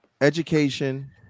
education